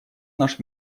наш